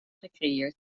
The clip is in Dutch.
gecreëerd